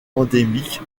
endémique